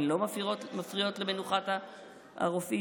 הן לא מפריעות למנוחת הרופאים?